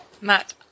Matt